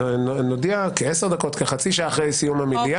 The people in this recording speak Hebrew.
נודיע כעשר דקות או כחצי שעה אחרי סיום המליאה,